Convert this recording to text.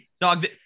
Dog